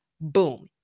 Boom